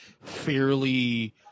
fairly